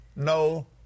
No